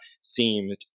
seemed